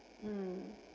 mm